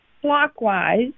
clockwise